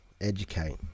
Educate